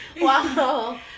Wow